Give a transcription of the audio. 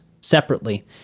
separately